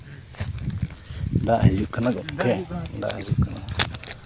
ᱫᱟᱜ ᱦᱤᱡᱩᱜ ᱠᱟᱱᱟ ᱜᱚᱢᱠᱮ ᱫᱟᱜᱦᱤᱡᱩᱜ ᱠᱟᱱᱟ